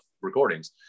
recordings